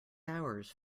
hours